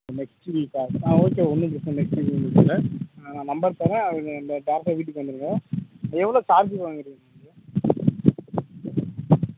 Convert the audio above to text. next வீக்கா ஆ okay ஒன்றும் பிரச்சின இல்லை நெக்ஸ்ட் வீக்கே வச்சுக்கோங்க நான் நம்பர் தரேன் நீங்கள் டைரெக்ட்டாக வீட்டுக்கு வந்துடுங்க எவ்வளோ சார்ஜ் வாங்கிறீங்க நீங்கள்